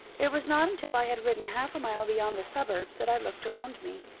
it was not until i had ridden half a mile beyond the suburbs that i looked round me,